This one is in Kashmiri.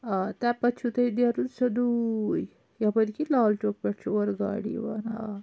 آ تمہِ پَتہٕ چھُو تۄہہِ نیرُن سیٚودُے یَپٲرۍ کِنۍ لال چوک پؠٹھ چھِ اورٕ گاڑِ یِوان آ آ